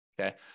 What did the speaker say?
okay